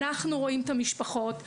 אנחנו רואים את המשפחות,